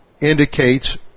indicates